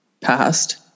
passed